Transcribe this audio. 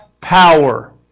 power